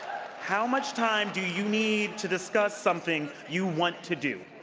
how much time do you need to discuss something you want to do?